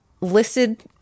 listed